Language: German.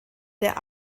der